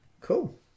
cool